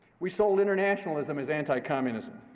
we sold internationalism as anticommunism.